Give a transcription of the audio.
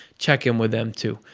check in with them, too.